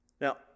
Now